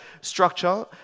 structure